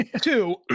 Two